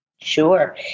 Sure